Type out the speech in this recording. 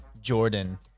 Jordan